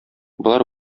болар